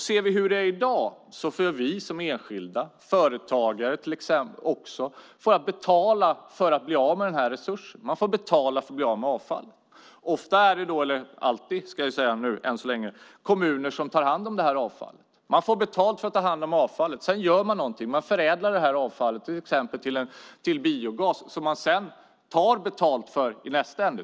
Ser vi hur det är i dag så får vi som enskilda, även företagare, betala för att bli av med den här resursen. Man får betala för att bli av med avfallet. Än så länge är det kommunerna som tar hand om detta avfall, och de får betalt för att ta hand om avfallet. Sedan förädlas avfallet till exempel till biogas som kommunen sedan tar betalt för i nästa ände.